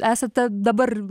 esate dabar